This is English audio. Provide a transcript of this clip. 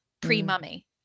pre-mummy